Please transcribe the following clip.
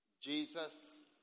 Jesus